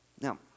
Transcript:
Now